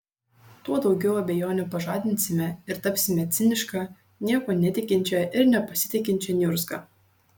tuo daugiau abejonių pažadinsime ir tapsime ciniška niekuo netikinčia ir nepasitikinčia niurzga